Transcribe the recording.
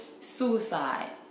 suicide